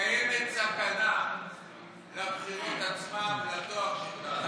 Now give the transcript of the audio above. קיימת סכנה לבחירות עצמן, לטוהר שלהן.